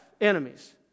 enemies